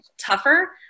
tougher